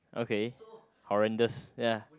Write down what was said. okay horrendous ya